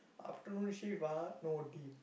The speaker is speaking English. afternoon shift ah no O_T